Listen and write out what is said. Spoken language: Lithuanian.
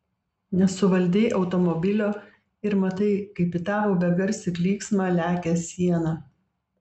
nesuvaldei automobilio ir matai kaip į tavo begarsį klyksmą lekia siena